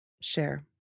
share